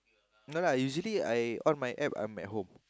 no lah usually I on my App I'm at home